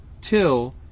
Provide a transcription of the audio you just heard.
till